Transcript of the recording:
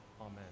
Amen